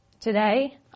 Today